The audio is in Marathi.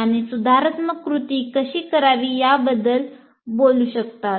आणि सुधारात्मक कृती कशी करावी याबद्दल बोलू शकतात